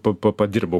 pa pa padirbau